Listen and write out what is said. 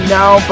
now